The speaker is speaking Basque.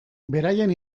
beraien